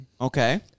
okay